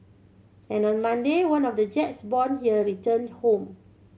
and on Monday one of the jets born here returned home